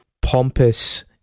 pompous